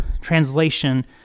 translation